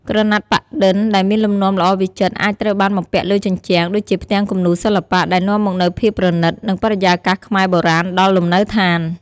ក្រណាត់ប៉ាក់-ឌិនដែលមានលំនាំល្អវិចិត្រអាចត្រូវបានបំពាក់លើជញ្ជាំង ដូចជាផ្ទាំងគំនូរសិល្បៈ ដែលនាំមកនូវភាពប្រណិត និងបរិយាកាសខ្មែរបុរាណដល់លំនៅឋាន។